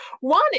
One